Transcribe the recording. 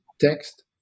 text